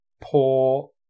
poor